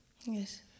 Yes